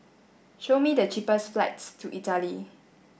show me the cheapest flights to Italy